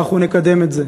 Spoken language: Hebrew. ואנחנו נקדם את זה.